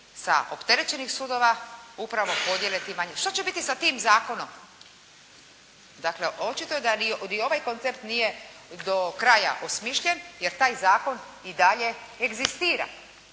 sa opterećenih sudova upravo podijele tim manjim. Što će biti sa tim zakonom? Dakle očito je da ni ovaj koncept nije do kraja osmišljen, jer taj zakon i dalje egzistira.